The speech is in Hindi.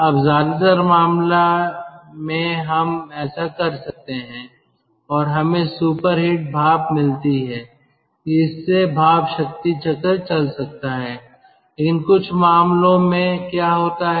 अब ज्यादातर मामला में हम ऐसा कर सकते हैं और हमें सुपर हीट भाप मिलती है इससे भाप शक्ति चक्र चल सकता है लेकिन कुछ मामलों में क्या होता है